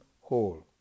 whole